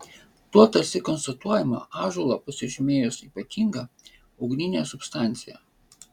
tuo tarsi konstatuojama ąžuolą pasižymėjus ypatinga ugnine substancija